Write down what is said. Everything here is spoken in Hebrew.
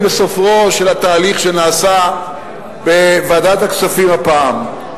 לסופו של התהליך שנעשה בוועדת הכספים הפעם,